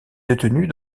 détenue